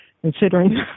considering